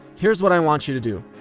here's what i want you to do.